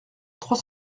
trois